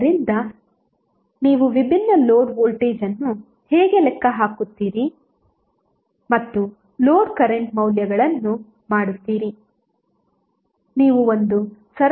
ಆದ್ದರಿಂದ ನೀವು ವಿಭಿನ್ನ ಲೋಡ್ ವೋಲ್ಟೇಜ್ ಅನ್ನು ಹೇಗೆ ಲೆಕ್ಕ ಹಾಕುತ್ತೀರಿ ಮತ್ತು ಲೋಡ್ ಕರೆಂಟ್ ಮೌಲ್ಯಗಳನ್ನು ಮಾಡುತ್ತೀರಿ